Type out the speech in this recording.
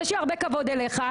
יש לי הרבה כבוד אליך,